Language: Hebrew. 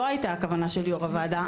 זו לא הייתה הכוונה של יושבת-ראש הוועדה.